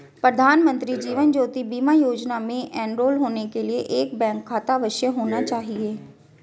प्रधानमंत्री जीवन ज्योति बीमा योजना में एनरोल होने के लिए एक बैंक खाता अवश्य होना चाहिए